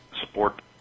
support